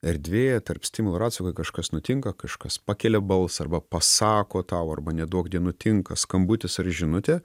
erdvėje tarp stimulo ir atsako kažkas nutinka kažkas pakelia balsą arba pasako tau arba neduok dieve nutinka skambutis ar žinutė